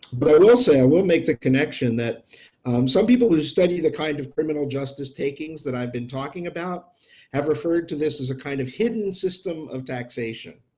but i will say i will make the connection that some people who study the kind of criminal justice takings that i've been talking about have referred to this as a kind of hidden system of taxation,